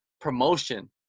promotion